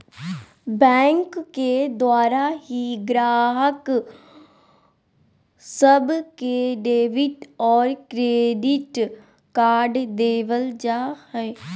bank के द्वारा ही गाहक सब के डेबिट और क्रेडिट कार्ड देवल जा हय